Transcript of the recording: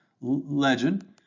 legend